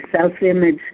self-image